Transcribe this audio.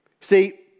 See